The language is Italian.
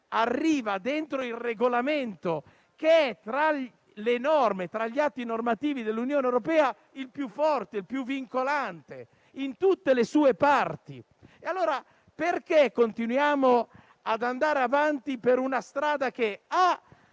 arriva dentro il Regolamento che, tra le norme e gli atti normativi dell'Unione europea, è il più forte e il più vincolante in tutte le sue parti. Allora, perché continuiamo ad andare avanti su una strada che non